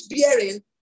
bearing